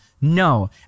No